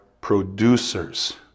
producers